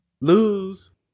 lose